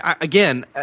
again